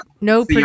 no